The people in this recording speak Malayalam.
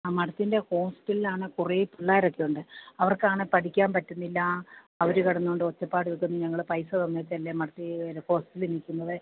ആ മഠത്തിൻ്റെ ഹോസ്റ്റലിൽ ആണേൽ കുറേ പിള്ളേരൊക്കെ ഉണ്ട് അവർക്കാണെങ്കിൽ പഠിക്കാൻ പറ്റുന്നില്ല അവർ കിടന്നുകൊണ്ട് ഒച്ചപ്പാടും ഇതും ഞങ്ങൾ പൈസതന്നിട്ടല്ലെ മഠത്തിൽ അല്ല ഹോസ്റ്റലിൽ നിൽക്കുന്നത്